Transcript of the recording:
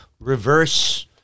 reverse